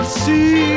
see